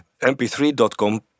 mp3.com